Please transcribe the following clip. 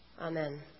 Amen